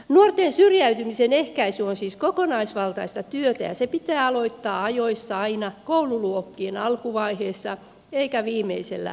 nuorten syrjäytymisen ehkäisy on siis kokonaisvaltaista työtä ja se pitää aloittaa ajoissa aina koululuokkien alkuvaiheessa eikä viimeisellä luokalla